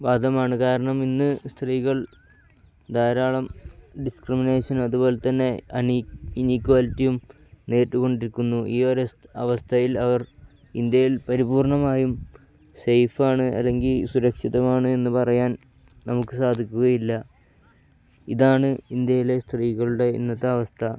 ബാദമാണ് കാരണം ഇന്ന് സ്ത്രീകൾ ധാരാളം ഡിസ്ക്രിമിനേഷൻ അതുപോലെത്തന്നെ ഇനീക്വാലിറ്റിയും നേരിട്ടുകൊണ്ടിരിക്കുന്നു ഈ ഒരു അവസ്ഥയിൽ അവർ ഇന്ത്യയിൽ പരിപൂർണമായും സേഫാണ് അല്ലെങ്കിൽ സുരക്ഷിതമാണ് എന്ന് പറയാൻ നമുക്ക് സാധിക്കുകയില്ല ഇതാണ് ഇന്ത്യയിലെ സ്ത്രീകളുടെ ഇന്നത്തെ അവസ്ഥ